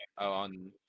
on